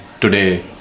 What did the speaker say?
today